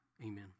Amen